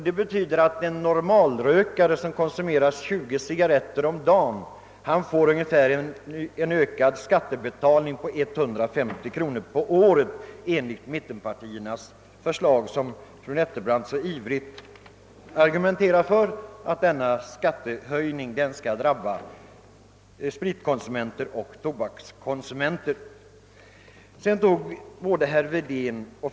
Det betyder att en normalrökare, som konsumerar 20 cigarretter om dagen, får en ökad skattebelastning på ungefär 150 kronor om året enligt mittenpartiernas förslag, som fru Nettelbrandt så ivrigt argumenterar för och enligt vilket denna ökade skattebelastning skall drabba tobakskonsumenterna, liksom även en viss skattebelastning skall drabba spritkonsumenterna.